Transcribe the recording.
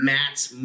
Matt's